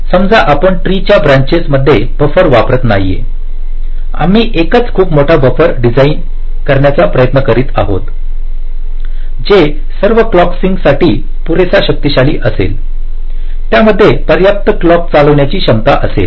समजा आपण ट्री च्या ब्रांचेस मध्ये बफर वापरत नाहीये आम्ही एकच खूप मोठा बफर डिझाइन करण्याचा प्रयत्न करीत आहोत जे सर्व क्लॉक सिंक साठी पुरेसे शक्तिशाली असेलत्यामध्ये पर्याप्त क्लॉक चालविण्याची क्षमता असेल